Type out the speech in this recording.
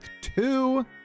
two